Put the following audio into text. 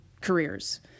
careers